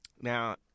Now